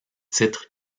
titres